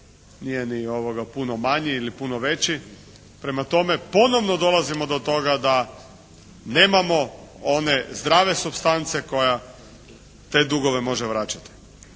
nije ni puno manji ili puno veći. Prema tome, ponovo dolazimo do toga da nemamo one zdrave supstance koja te dugove može vraćati